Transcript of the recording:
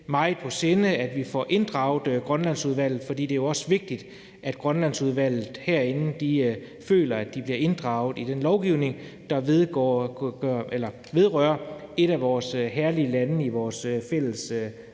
meget på sinde, altså at vi får inddraget Grønlandsudvalget, fordi det jo også er vigtigt, at Grønlandsudvalget herinde føler, at de bliver inddraget i den lovgivning, der vedrører et af vores herlige lande i rigsfællesskabet.